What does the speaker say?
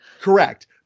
Correct